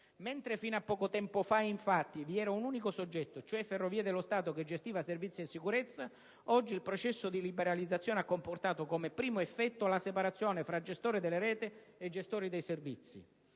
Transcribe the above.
Mentre fino a poco tempo fa infatti vi era un unico soggetto, cioè le Ferrovie dello Stato, che gestiva servizio e sicurezza, oggi il processo di liberalizzazione ha comportato come primo effetto la separazione tra gestore della rete e gestori dei servizi.